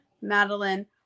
Madeline